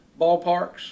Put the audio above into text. ballparks